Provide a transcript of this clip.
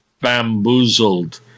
bamboozled